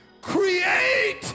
Create